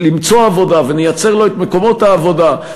למצוא עבודה ונייצר לו את מקומות העבודה,